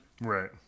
Right